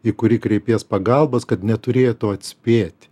į kurį kreipies pagalbos kad neturėtų atspėti